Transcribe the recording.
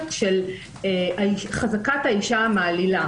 פניות של נפגעי גזענות ונפגעי פרופיילינג,